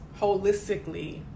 holistically